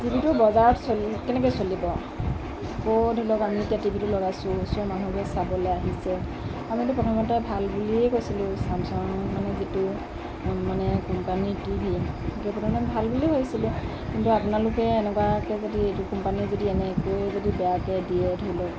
টিভিটো বজাৰত চলি কেনেকৈ চলিব আকৌ ধৰি লওক আমি এতিয়া টিভিটো লগাইছোঁ ওচৰৰ মানুহবোৰে চাবলৈ আহিছে আমিতো প্ৰথমতে ভাল বুলিয়েই কৈছিলে ছেমছাঙৰ মানে যিটো মানে কোম্পানীৰ টিভি সেইটো প্ৰথমে ভাল বুলি কৈছিলে কিন্তু আপোনালোকে এনেকুৱাকৈ যদি এইটো কোম্পানীৰ যদি এনেকৈয়ে যদি বেয়াকৈ দিয়ে ধৰি লওক